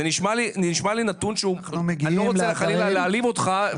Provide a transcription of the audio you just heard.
זה נשמע לי נתון שהוא --- אני לא רוצה להעליב אותך,